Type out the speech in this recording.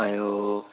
ऐं उहो